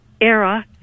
era